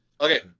Okay